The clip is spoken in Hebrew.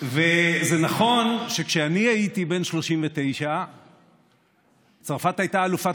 וזה נכון שכשאני הייתי בן 39 צרפת הייתה אלופת